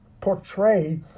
portray